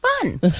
fun